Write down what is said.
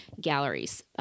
galleries